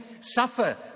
suffer